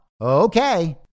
Okay